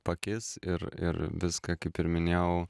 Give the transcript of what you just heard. pakis ir ir viską kaip ir minėjau